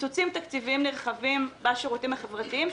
קיצוצים תקציביים נרחבים בשירותים החברתיים,